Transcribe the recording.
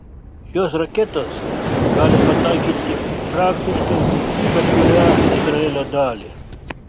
šios raketos gali pataikyti praktiškai į bet kurią izraelio dalį